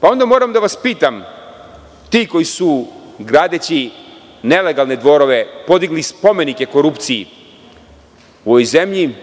onda moram da vas pitam, ti koji su gradeći nelegalne dvorove podigli spomenike korupciji u ovoj zemlji,